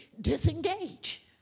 disengage